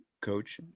coach